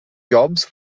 jobs